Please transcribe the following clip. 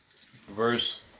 Verse